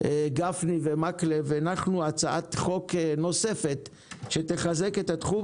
גפני ומקלב הנחנו הצעת חוק נוספת שתחזק את התחום